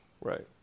Right